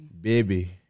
Baby